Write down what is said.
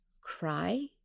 cry